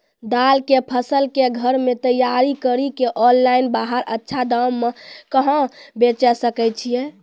दाल के फसल के घर मे तैयार कड़ी के ऑनलाइन बाहर अच्छा दाम मे कहाँ बेचे सकय छियै?